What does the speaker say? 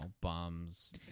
bums